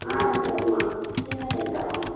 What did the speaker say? ஆ சரிம்மா க்ளீனாக பண்ணித் தரோம் வாங்க